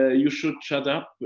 ah you should shut up,